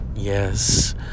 Yes